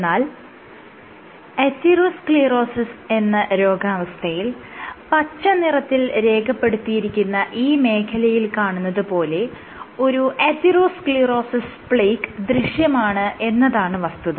എന്നാൽ അതിറോസ്ക്ളീറോസിസ് എന്ന രോഗാവസ്ഥയിൽ പച്ച നിറത്തിൽ രേഖപ്പെടുത്തിയിരിക്കുന്ന ഈ മേഖലയിൽ കാണുന്നത് പോലെ ഒരു അതിറോസ്ക്ളീറോസിസ് പ്ലേക്ക് ദൃശ്യമാണ് എന്നതാണ് വസ്തുത